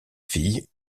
filles